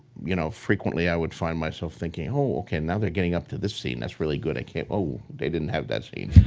you know frequently i would find myself thinking, oh, ok. now they're getting up to this scene that's really good. i can't. oh. they didn't have that scene.